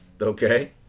Okay